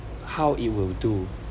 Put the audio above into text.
how it will do